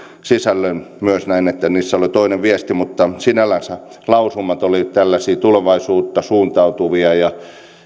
sisällön myös näen että niissä oli toinen viesti mutta sinällänsä lausumat olivat tällaisia tulevaisuuteen suuntautuvia ja